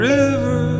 River